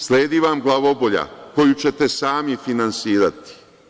Sledi vam glavobolja koju ćete sami finansirati.